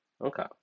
Okay